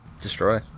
destroy